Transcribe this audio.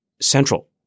central